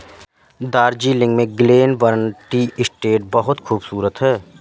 दार्जिलिंग में Glenburn tea estate बहुत खूबसूरत है